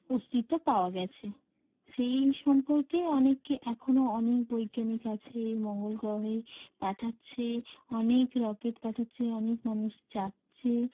অস্তিত্ব পাওয়া গেছে সেই সম্পর্কে অনেকে এখনও অনেক বৈজ্ঞানিক আছে মঙ্গল গ্রহে পাঠাচ্ছে অনেক রকেট পাঠাচ্ছে অনেক মানুষ যাচ্ছে